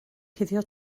cuddio